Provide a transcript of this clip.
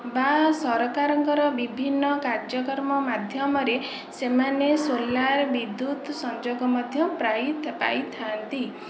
ବା ସରକାରଙ୍କର ବିଭିନ୍ନ କାର୍ଯ୍ୟକ୍ରମ ମାଧ୍ୟମରେ ସେମାନେ ସୋଲାର୍ ବିଦ୍ୟୁତ ସଂଯୋଗ ମଧ୍ୟ ପ୍ରାଇ ପାଇଥାନ୍ତି